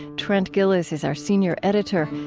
trent gilliss is our senior editor.